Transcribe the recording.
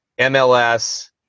MLS